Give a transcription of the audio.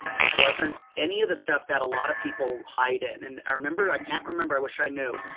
it wasn't any of the stuff that a lot of people hide and and i remember. i can't remember. i wish i knew.